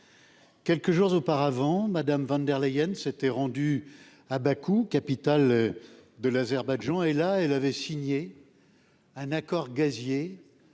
quelques jours auparavant, Madame von der Leyen s'étaient rendus à Bakou, capitale de l'Azerbaïdjan et la elle avait signé un accord gazier